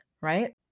Right